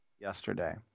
yesterday